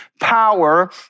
power